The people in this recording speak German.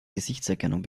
gesichtserkennung